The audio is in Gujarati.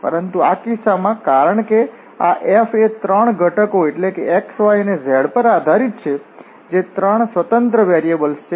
પરંતુ આ કિસ્સામાં કારણ કે આ f એ ત્રણ ઘટકો એટલે કે x y અને z પર આધારિત છે જે ત્રણ સ્વતંત્ર વેરિએબલ્સ છે